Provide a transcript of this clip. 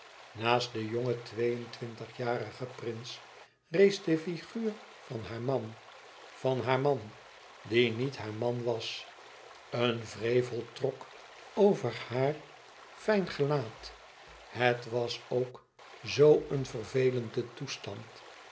naast den jongen twee en twintigjarigen prins rees de figuur van haren man van haar man die niet haar man was een wrevel trok over haar fijn gelaat het was ook zoo een vervelende toestand